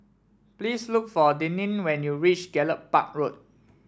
please look for Deneen when you reach Gallop Park Road